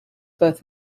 both